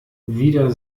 wieder